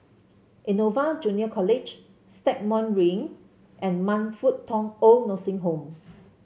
Innova Junior College Stagmont Ring and Man Fut Tong OId Nursing Home